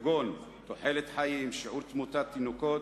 כגון תוחלת חיים ושיעור תמותת תינוקות.